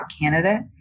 candidate